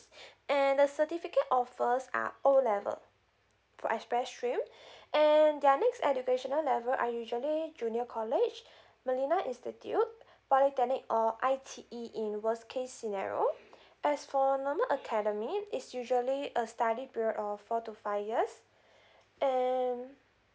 and the certificate offers are O level for express stream and their next educational level are usually junior college millennia institute polytechnic or I_T_E in worst case scenario as for normal academic is usually a study period of four to five years and